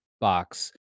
box